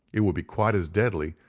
it would be quite as deadly,